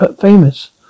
famous